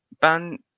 Ben